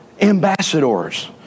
ambassadors